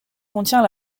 contient